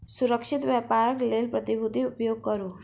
सुरक्षित व्यापारक लेल प्रतिभूतिक उपयोग करू